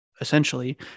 essentially